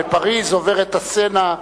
בפריס עובר הסֶן,